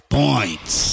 points